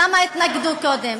אז למה התנגדו קודם?